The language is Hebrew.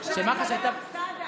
משה סעדה.